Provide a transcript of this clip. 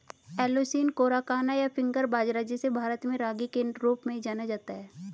Eleusine coracana, या finger बाजरा, जिसे भारत में रागी के रूप में जाना जाता है